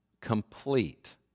complete